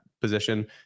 position